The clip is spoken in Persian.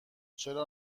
چرا